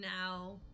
now